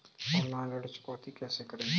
Online ऋण चुकौती कैसे करें?